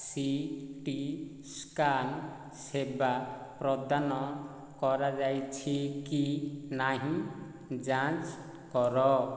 city scan ସେବା ପ୍ରଦାନ କରାଯାଇଛି କି ନାହିଁ ଯାଞ୍ଚ କର